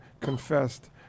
confessed